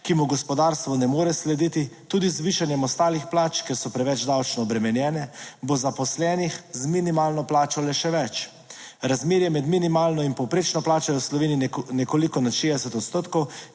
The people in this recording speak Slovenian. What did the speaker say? ki mu gospodarstvo ne more slediti, tudi z višanjem ostalih plač, ker so preveč davčno obremenjene, bo zaposlenih z minimalno plačo le še več. Razmerje med minimalno in povprečno plačo je v Sloveniji nekoliko nad 60 odstotkov,